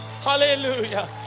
Hallelujah